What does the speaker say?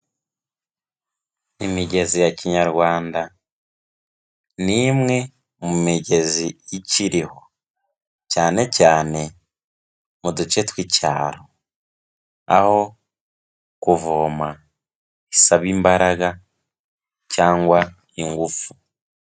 Imigezi ya kinyarwanda, ni imwe mu migezi ikiriho, cyane cyane mu duce tw'icyaro aho kuvoma bisaba imbaraga cyangwa ingufu.